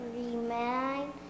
remind